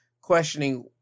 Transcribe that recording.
questioning